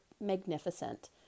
magnificent